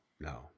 No